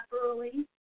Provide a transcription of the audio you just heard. early